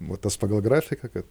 buvo tas pagal grafiką kad